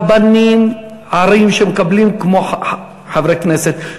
רבני ערים שמקבלים כמו חברי הכנסת,